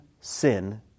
sin